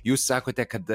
jūs sakote kad